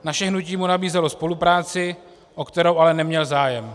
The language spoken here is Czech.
Naše hnutí mu nabízelo spolupráci, o kterou ale neměl zájem.